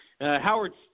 Howard